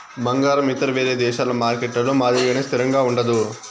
బంగారం ఇతర వేరే దేశాల మార్కెట్లలో మాదిరిగానే స్థిరంగా ఉండదు